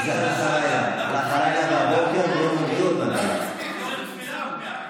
הלכו הלילה והבוקר, אז לך תתפלל.